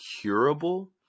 curable